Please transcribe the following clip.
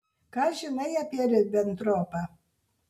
ką žinai apie ribentropą